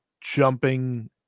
jumping